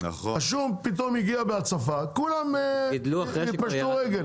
השום פתאום הגיע בהצפה וכולם פשטו רגל.